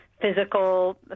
physical